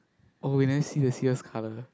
oh we never see the sail's colour